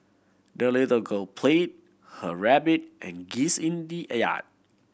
the little girl play her rabbit and geese in the a yard